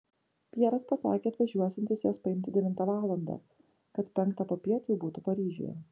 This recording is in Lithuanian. pjeras pasakė atvažiuosiantis jos paimti devintą valandą kad penktą popiet jau būtų paryžiuje